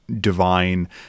divine